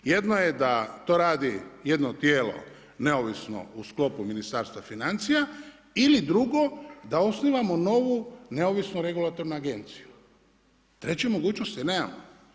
Jedno je da to radi jedno tijelo neovisno u sklopu Ministarstva financija ili drugo da osnivamo novu neovisnu regulatornu agenciju, treće mogućnosti nemamo.